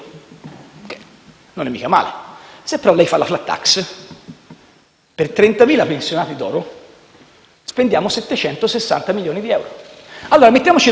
non è mica male. Se però lei fa la *flat tax* per 30.000 pensionati d'oro si spendono 760 milioni di euro. Allora mettiamoci d'accordo: